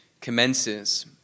commences